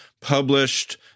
published